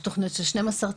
יש תוכניות של 12 צעדים,